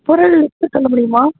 பொருள் லிஸ்ட் சொல்ல முடியுமா